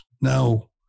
Now